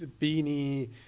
beanie